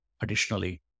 additionally